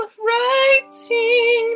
writing